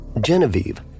Genevieve